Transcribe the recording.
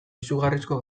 izugarrizko